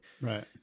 right